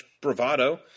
bravado